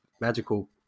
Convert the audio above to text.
magical